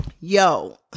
yo